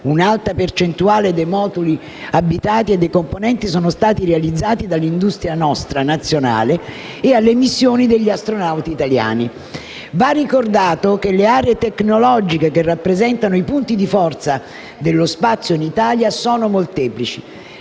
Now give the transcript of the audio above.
(un'alta percentuale dei moduli abitati e dei componenti sono stati realizzati dalla nostra industria nazionale) e alle missioni degli astronauti italiani. Va ricordato che le aree tecnologiche che rappresentano i punti di forza dello spazio in Italia sono molteplici: